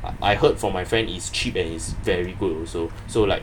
I heard from my friend is cheap and it's very good also so like